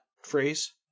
phrase